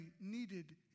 needed